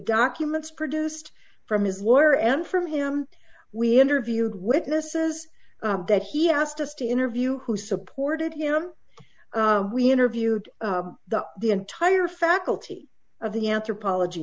documents produced from his lawyer and from him we interviewed witnesses that he asked us to interview who supported him we interviewed the the entire faculty of the anthropology